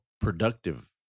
productive